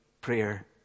prayer